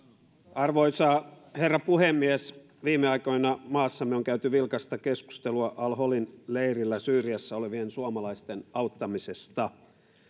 arvoisa herra puhemies viime aikoina maassamme on käyty vilkasta keskustelua al holin leirillä syyriassa olevien suomalaisten auttamisesta